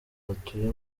atuye